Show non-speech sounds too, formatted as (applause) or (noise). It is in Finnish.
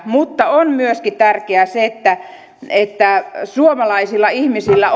mutta on tärkeää myöskin se että että suomalaisilla ihmisillä (unintelligible)